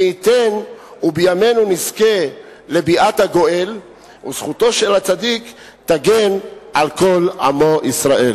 מי ייתן ובימינו נזכה לביאת הגואל וזכותו של הצדיק תגן על כל עמו ישראל.